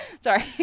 sorry